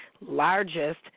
largest